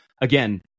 Again